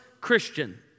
Christian